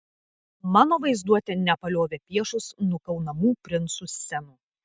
mano vaizduotė nepaliovė piešus nukaunamų princų scenų